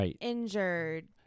injured